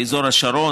באזור השרון.